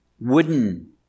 wooden